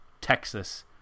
Texas